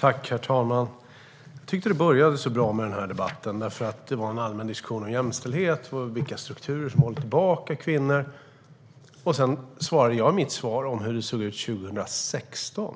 Herr talman! Jag tyckte att debatten började så bra med en allmän diskussion om jämställdhet och om vilka strukturer som håller tillbaka kvinnor. I mitt svar berättade jag om hur det såg ut 2016.